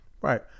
Right